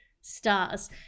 stars